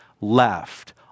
left